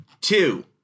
two